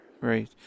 Right